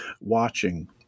watching